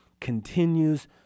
continues